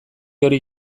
hori